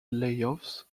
layoffs